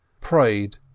prayed